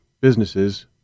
businesses